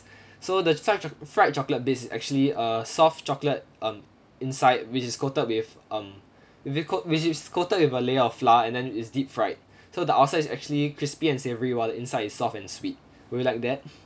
so the fried choc~ fried chocolate bits is actually a soft chocolate um inside which is coated with um which is coa~ which is coated with a layer of flour and then it's deep fried so the outside is actually crispy and savoury while the inside is soft and sweet would you like that